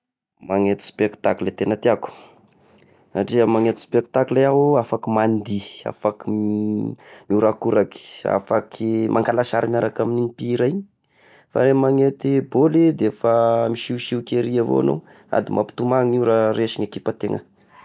Magnety spectacle tegna tiako, satria magnety spectacle iaho afaky mandihy, afaky mihorakoraky, afaky mangala sary miaraka amy igny mpihira igny, fa raha magnety bôly de efa misihosihoky ery avao iagnao, sady mampitomagny io raha resy ny ekipany tegna.